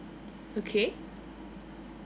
okay